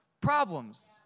problems